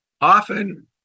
often